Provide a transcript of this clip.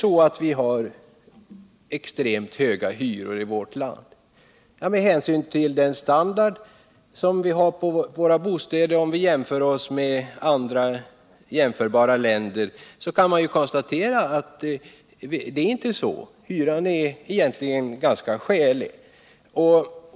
Har vi extremt höga hyror i vårt land med hänsyn till den standard som vi har på våra bostäder? Vid en jämförelse mellan Sverige och andra jämförbara länder kan man konstatera att det inte förhåller sig så. Hyran är egentligen ganska skälig.